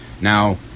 Now